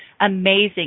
amazing